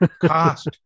cost